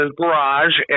garage